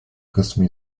kısmı